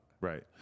Right